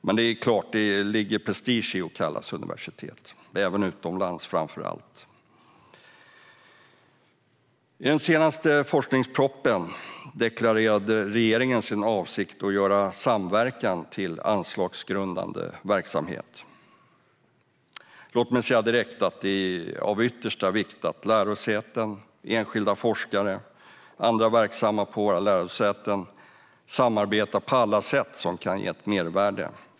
Men det är klart att det ligger prestige i att kallas universitet, framför allt utomlands. I den senaste forskningspropositionen deklarerade regeringen sin avsikt att göra samverkan till anslagsgrundande verksamhet. Låt mig säga direkt att det är av yttersta vikt att lärosäten och enskilda forskare och andra verksamma på våra lärosäten samarbetar på alla sätt som kan ge ett mervärde.